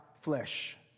flesh